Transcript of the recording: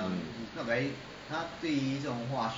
mm